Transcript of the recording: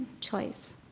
choice